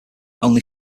only